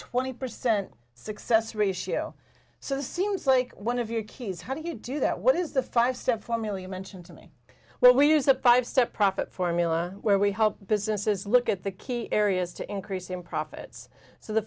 twenty percent success ratio so this seems like one of your key is how do you do that what is the five step four million mentioned to me when we use a five step profit formula where we businesses look at the key areas to increase in profits so the